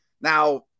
Now